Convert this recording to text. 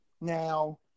Now